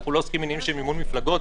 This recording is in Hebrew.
אנחנו לא עוסקים בעניינים של מימון מפלגות,